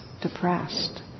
depressed